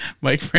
Mike